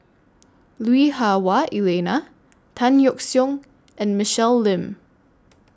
Lui Hah Wah Elena Tan Yeok Seong and Michelle Lim